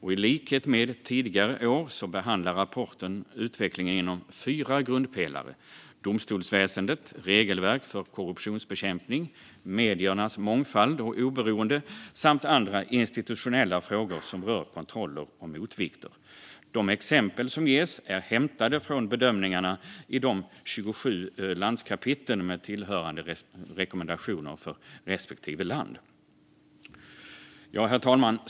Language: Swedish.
I likhet med tidigare år behandlas i rapporten utvecklingen inom fyra grundpelare: domstolsväsendet, regelverk för korruptionsbekämpning, mediernas mångfald och oberoende samt andra institutionella frågor som rör kontroller och motvikter. De exempel som ges är hämtade från bedömningarna i de 27 landskapitlen med tillhörande rekommendationer för respektive land. Herr talman!